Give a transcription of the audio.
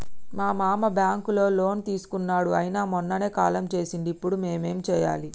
మా మామ బ్యాంక్ లో లోన్ తీసుకున్నడు అయిన మొన్ననే కాలం చేసిండు ఇప్పుడు మేం ఏం చేయాలి?